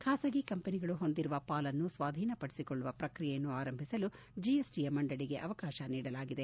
ಖಾಸಗಿ ಕಂಪನಿಗಳು ಹೊಂದಿರುವ ಪಾಲನ್ನು ಸ್ನಾದೀನಪಡಿಸಿಕೊಳ್ಲುವ ಪ್ರಕ್ರಿಯೆಯನ್ನು ಆರಂಭಿಸಲು ಜಿಎಸ್ಟಿಯ ಮಂಡಳಿಗೆ ಅವಕಾಶ ನೀಡಲಾಗಿದೆ